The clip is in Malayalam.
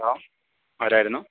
ഹലോ ആരായിരുന്നു